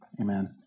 amen